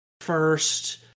first